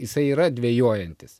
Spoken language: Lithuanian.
jisai yra dvejojantis